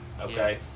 okay